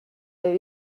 haver